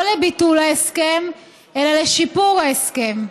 לא לביטול ההסכם אלא לשיפור ההסכם.